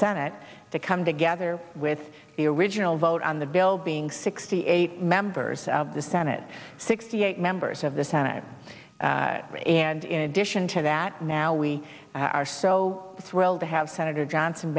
senate to come together with the original vote on the bill being sixty eight members of the senate sixty eight members of the senate and in addition to that now we are so thrilled to have senator johnson